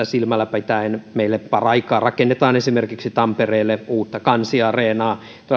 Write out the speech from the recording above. silmällä pitäen meille paraikaa rakennetaan esimerkiksi tampereelle uutta kansiareenaa